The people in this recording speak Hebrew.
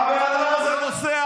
הרי אתה ואלקין מומחים בלא